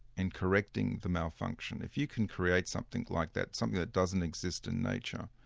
and correcting the malfunction, if you can create something like that, something that doesn't exist in nature,